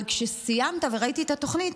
אבל כשסיימת וראיתי את התוכנית,